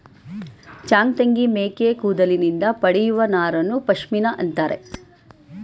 ಚಾಂಗ್ತಂಗಿ ಮೇಕೆ ಕೂದಲಿನಿಂದ ಪಡೆಯುವ ನಾರನ್ನು ಪಶ್ಮಿನಾ ಅಂತರೆ